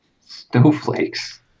Snowflakes